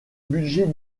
budget